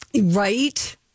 Right